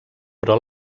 però